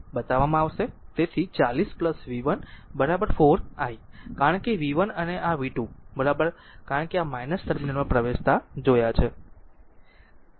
તેથી 40 v 1 4 I કારણ કે v 1 અને આ v 2 કારણ કે ટર્મિનલમાં પ્રવેશતા જોયા છે